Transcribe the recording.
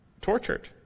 Tortured